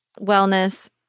wellness